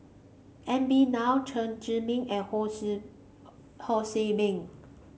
N B Rao Chen Zhiming and Ho Ho See Beng